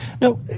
No